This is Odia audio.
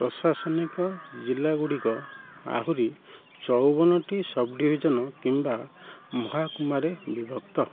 ପ୍ରଶାସନିକ ଜିଲ୍ଲାଗୁଡ଼ିକ ଆହୁରି ଚୋଉବନଟି ସବଡ଼ିଭିଜନ୍ କିମ୍ବା ମହାକୁମାରେ ବିଭକ୍ତ